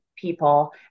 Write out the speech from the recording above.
people